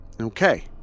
Okay